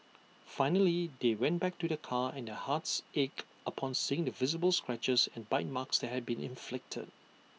finally they went back to their car and their hearts ached upon seeing the visible scratches and bite marks had been inflicted